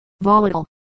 volatile